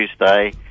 Tuesday